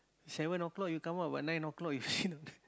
seven o-clock you come out but nine o-clock you sit down there